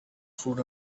food